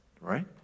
right